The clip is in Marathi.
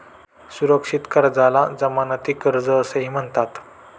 सुरक्षित कर्जाला जमानती कर्ज असेही म्हणतात